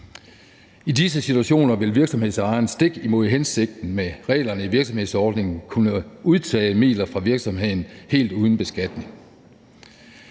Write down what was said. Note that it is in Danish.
I disse situationer vil virksomhedsejeren stik imod hensigten med reglerne i virksomhedsordningen kunne udtage midler fra virksomheden helt uden beskatning.